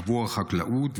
עבור החקלאות,